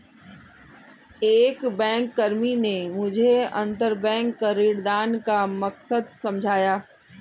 एक बैंककर्मी ने मुझे अंतरबैंक ऋणदान का मकसद समझाया